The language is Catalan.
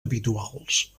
habituals